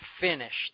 finished